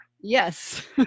Yes